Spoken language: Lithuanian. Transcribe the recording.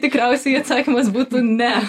tikriausiai atsakymas būtų ne